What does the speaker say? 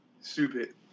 Stupid